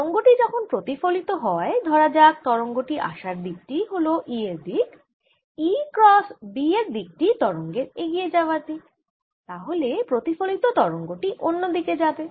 তরঙ্গটি যখন প্রতিফলিত হয় ধরা যাক তরঙ্গ টি আসার দিক টিই হল E এর দিক E ক্রস B এর দিক টিই তরঙ্গের এগিয়ে যাওয়ার দিক তাহলে প্রতিফলিত তরঙ্গ টি অন্য দিকে যাবে